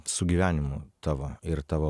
su gyvenimu tavo ir tavo